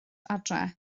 adre